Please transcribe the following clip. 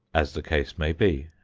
as the case may be.